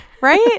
right